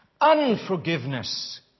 Unforgiveness